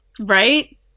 right